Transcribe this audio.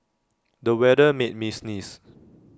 the weather made me sneeze